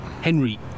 Henry